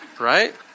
Right